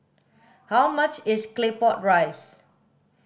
how much is claypot rice